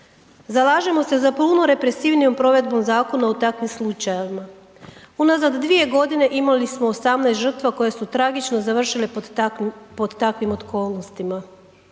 Zalažemo se za puno represivnijom provedbom zakona u takvim slučajevima. Unazad 2.g. imali smo 18 žrtva koje su tragično završile pod takvim, pod takvim